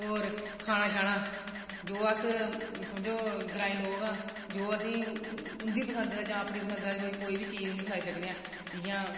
होर खाना जो अस समझो ग्राईं लोक आं जो असेंगी उं'दी पसंद दा जां अपनी पसंद दा कोई बी चीज़ उ'नेंगी खलाई सकने आं जि'यां